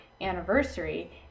anniversary